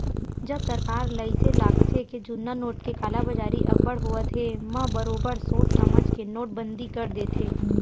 जब सरकार ल अइसे लागथे के जुन्ना नोट के कालाबजारी अब्बड़ होवत हे म बरोबर सोच समझ के नोटबंदी कर देथे